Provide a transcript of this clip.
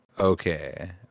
okay